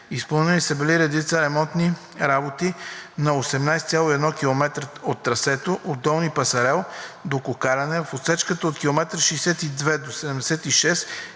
Изпълнени са били редица ремонтни работи на 18,1 км от трасето от Долни Пасарел до Кокаляне, в отсечката от км 62 до 76 е